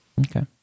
Okay